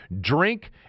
drink